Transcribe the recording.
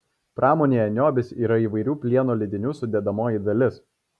pramonėje niobis yra įvairių plieno lydinių sudedamoji dalis